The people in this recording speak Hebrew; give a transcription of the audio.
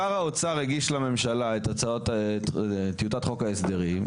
שר האוצר הגיש לממשלה של טיוטת חוק ההסדרים.